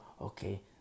okay